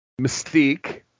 mystique